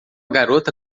garota